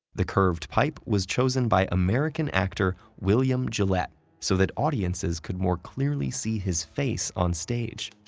the curved pipe was chosen by american actor william gillette so that audiences could more clearly see his face on stage,